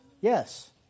Yes